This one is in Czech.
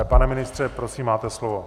Pane ministře, prosím, máte slovo.